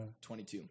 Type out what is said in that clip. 22